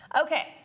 Okay